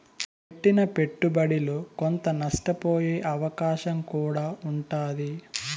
పెట్టిన పెట్టుబడిలో కొంత నష్టపోయే అవకాశం కూడా ఉంటాది